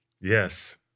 Yes